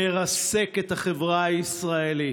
מרסק את החברה הישראלית,